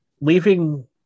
leaving